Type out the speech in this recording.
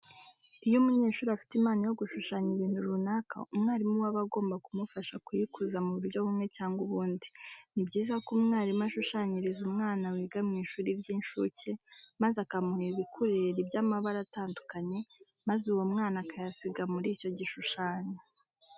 Iyo umunyeshuri afite impano yo gushushanya ibintu runaka, umwarimu we aba agomba kumufasha kuyikuza mu buryo bumwe cyangwa ubundi. Ni byiza ko umwarimu ashushanyiriza umwana wiga mu ishuri ry'incuke maze akamuha ibikureri by'amabara atandukanye, maze uwo mwana akayasiga muri icyo gishushanyo.